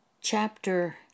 Chapter